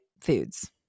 foods